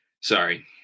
Sorry